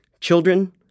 children